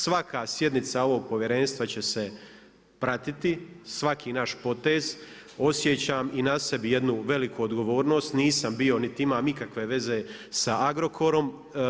Svaka sjednica ovog povjerenstva će se pratiti, svaki naš potez, osjećam i na sebi jednu veliku odgovornost, nisam bio niti imam ikakve veze sa Agrokorom.